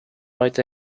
right